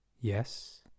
yes